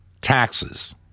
taxes